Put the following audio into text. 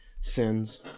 sins